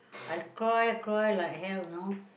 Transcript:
I cry cry like hell you know